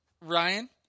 Ryan